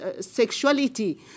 sexuality